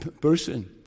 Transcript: person